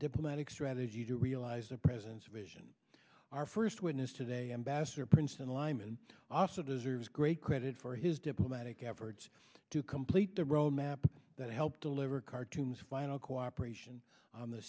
diplomatic strategy to realize the president's vision our first witness today ambassador princeton lyman also deserves great credit for his diplomatic efforts to complete the road map that helped deliver khartoum's vital cooperation on the